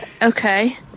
Okay